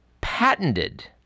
patented